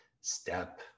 step